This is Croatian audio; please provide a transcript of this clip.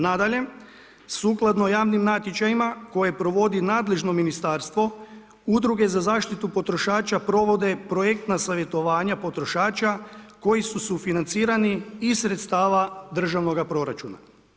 Nadalje, sukladno javnim natječajima koje provodi nadležno ministarstvo udruge za zaštitu potrošača provode projektna savjetovanja potrošača koji su sufinancirani iz sredstava državnoga proračuna.